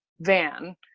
van